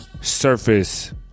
surface